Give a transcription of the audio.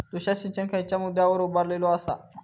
तुषार सिंचन खयच्या मुद्द्यांवर उभारलेलो आसा?